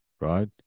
right